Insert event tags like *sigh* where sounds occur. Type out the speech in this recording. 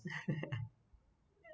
*laughs*